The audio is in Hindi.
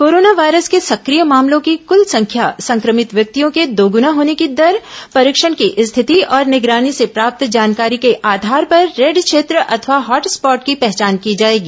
कोरोना वायरस के सक्रिय मामलों की कुल संख्या संक्रमित व्यक्तियों के दोगुना होने की दर परीक्षण की स्थिति और निगरानी से प्राप्त जानकारी के आधार पर रेड क्षेत्र अथवा हॉटस्पॉट की पहचान की जाएगी